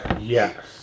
Yes